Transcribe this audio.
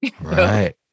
Right